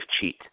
cheat